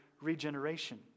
regeneration